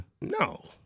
No